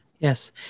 Yes